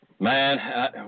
Man